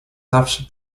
zawsze